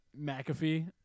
McAfee